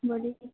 بولیے